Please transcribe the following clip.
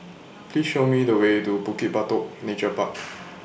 Please Show Me The Way to Bukit Batok Nature Park